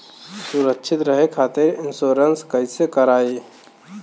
सुरक्षित रहे खातीर इन्शुरन्स कईसे करायी?